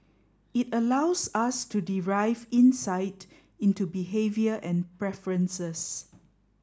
it allows us to derive insight into behaviour and preferences